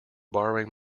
borrowing